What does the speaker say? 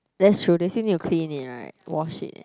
they should they still need to clean it right wash it